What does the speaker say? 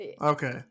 okay